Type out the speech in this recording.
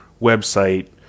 website